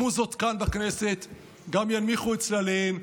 המוזות כאן בכנסת גם ינמיכו את צלליהן,